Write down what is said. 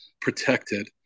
protected